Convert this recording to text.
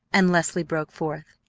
and leslie broke forth.